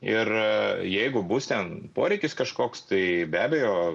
ir jeigu bus ten poreikis kažkoks tai be abejo